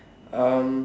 um